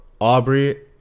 Aubrey